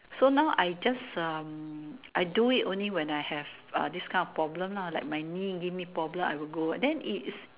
so now I just um I do it only when I have this kind of problem ah like my knee give me problem I will go that its